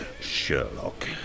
Sherlock